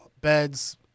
beds